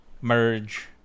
merge